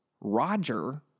Roger